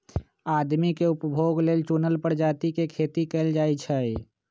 आदमी के उपभोग लेल चुनल परजाती के खेती कएल जाई छई